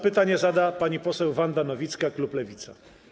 Pytanie zada pani poseł Wanda Nowicka, klub Lewica.